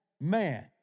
man